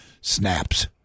snaps